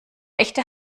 echte